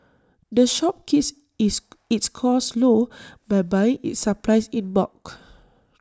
the shop keeps its its costs low by buying its supplies in bulk